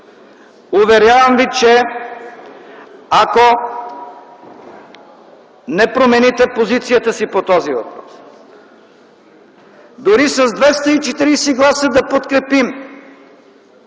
Уверявам ви, че ако не промените позицията си по този въпрос, дори с 240 гласа да подкрепим